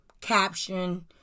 caption